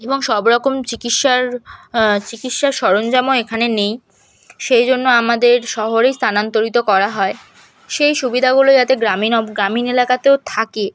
এবং সবরকম চিকিৎসার চিকিৎসার সরঞ্জামও এখানে নেই সেই জন্য আমাদের শহরেই স্থানান্তরিত করা হয় সেই সুবিধাগুলো যাতে গ্রামীণ গ্রামীণ এলাকাতেও থাকে